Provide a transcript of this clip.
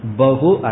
Bahu